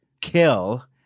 Kill